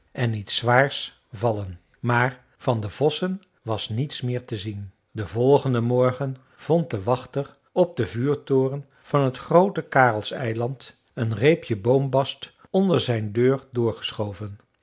en iets zwaars vallen maar van de vossen was niets meer te zien den volgenden morgen vond de wachter op den vuurtoren van t groote karelseiland een reepje boombast onder zijn deur doorgestoken